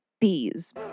bees